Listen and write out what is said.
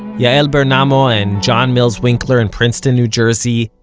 yael bermano and jon mills-winkler in princeton, new jersey,